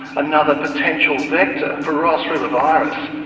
another potential vector for ross river virus.